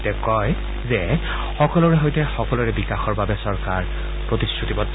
তেওঁ কয় যে সকলোৰে সৈতে সকলোৰে বিকাশ কৰিবলৈ চৰকাৰ প্ৰতিশ্ৰুতিবদ্ধ